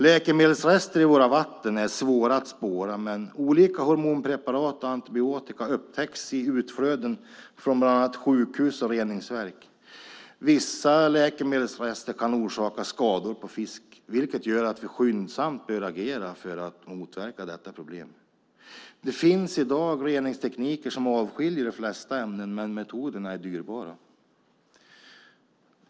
Läkemedelsrester i våra vatten är svåra att spåra, men olika hormonpreparat och antibiotika upptäcks i utflöden från bland annat sjukhus och reningsverk. Vissa läkemedelsrester kan orsaka skador på fisk, vilket gör att vi skyndsamt bör agera för att motverka detta problem. Det finns i dag reningstekniker som avskiljer de flesta ämnen, men metoderna är dyrbara.